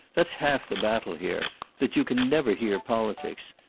that's half the battle here that you can never hear politics.